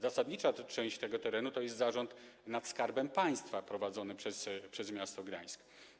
Zasadnicza część tego terenu to jest zarząd nad Skarbem Państwa prowadzony przez miasto Gdańsk.